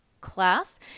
class